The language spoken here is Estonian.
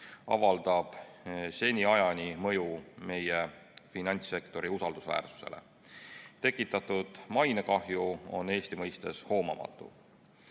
avaldab seniajani mõju meie finantssektori usaldusväärsusele. Tekitatud mainekahju on Eesti mõistes